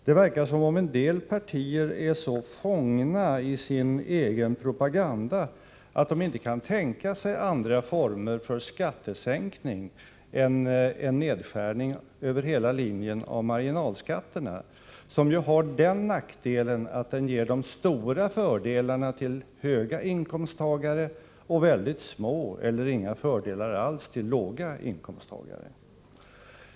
Det verkar som om en del partier är så fångna i sin egen propaganda att de inte kan tänka sig andra former för skattesänkning än en nedskärning över hela linjen av marginalskatterna, som har den nackdelen att den ger de största fördelarna till höginkomsttagarna och mycket små föredelar eller inga alls till låginkomsttagarna.